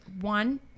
one